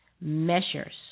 measures